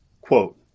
Quote